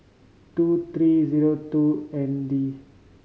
two three zero two N D